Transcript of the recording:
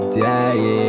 day